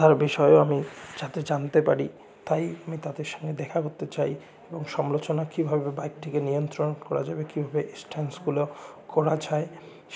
তার বিষয়েও আমি যাতে জানতে পারি তাই আমি তাদের সঙ্গে দেখা করতে চাই এবং সমালোচনা কীভাবে বাইকটিকে নিয়ন্ত্রণ করা যাবে কীভাবে এক্সট্যান্সগুলো করা যায়